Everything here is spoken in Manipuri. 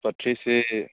ꯄꯨꯁꯄꯥ ꯊ꯭ꯔꯤꯁꯦ